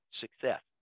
success